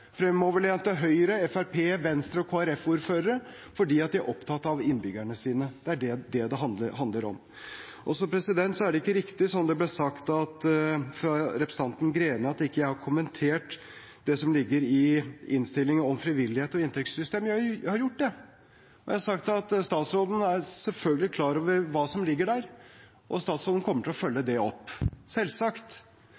fremoverlente Senterparti-, Arbeiderparti-, Høyre-, Fremskrittsparti-, Venstre- og Kristelig Folkeparti-ordførere, fordi de er opptatt av innbyggerne sine. Det er det det handler om. Så er det ikke riktig som det ble sagt fra representanten Greni, at jeg ikke har kommentert det som står om frivillighet og inntektssystem i innstillingen. Jeg har gjort det, og jeg har sagt at statsråden selvfølgelig er klar over hva som ligger der, og statsråden kommer til å følge